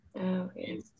okay